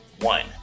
one